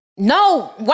No